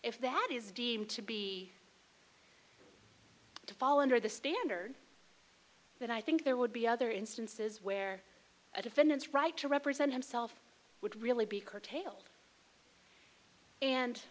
if that is deemed to be to fall under the standard that i think there would be other instances where a defendant's right to represent himself would really be curtailed and